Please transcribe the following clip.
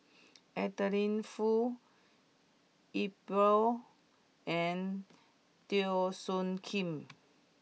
Adeline Foo Iqbal and Teo Soon Kim